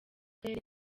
karere